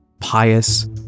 pious